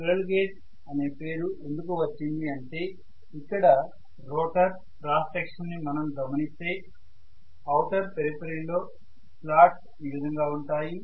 squirrel cage అనే పేరు ఎందుకు వచ్చింది అంటే ఇక్కడ రోటర్ క్రాస్ సెక్షన్ ని మనం గమనిస్తే ఔటర్ పెరిఫెరీ లో స్లాట్స్ ఈ విధంగా ఉంటాయి